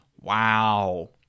wow